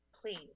Please